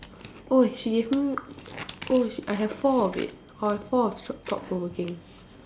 oh she give me oh sh~ I have four of it I have four of s~ thought provoking